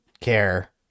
care